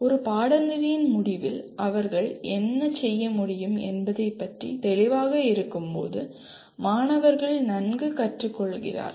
ஒரு பாடநெறியின் முடிவில் அவர்கள் என்ன செய்ய முடியும் என்பதைப் பற்றி தெளிவாக இருக்கும்போது மாணவர்கள் நன்கு கற்றுக்கொள்கிறார்கள்